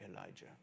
Elijah